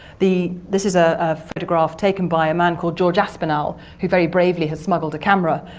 the. this is a photograph taken by a man called george aspinal who very bravely had smuggled a camera